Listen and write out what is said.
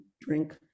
drink